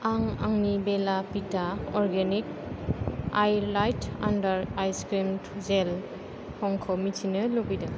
आं आंनि बेला भिटा अर्गेनिक आईलिफ्ट आन्डार आईक्रिम जेल थंखौ मिथिनो लुबैदों